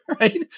right